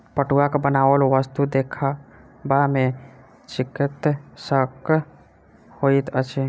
पटुआक बनाओल वस्तु देखबा मे चित्तकर्षक होइत अछि